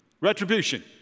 Retribution